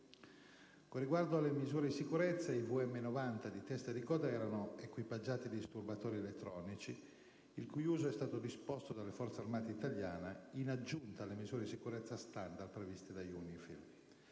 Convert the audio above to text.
Con riguardo alle misure di sicurezza, i VM-90 di testa e di coda erano equipaggiati con disturbatori elettronici, il cui uso è stato disposto dalle Forze armate italiane in aggiunta alle misure di sicurezza standard previste dal